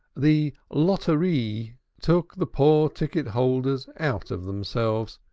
the lottery took the poor ticket-holders out of themselves,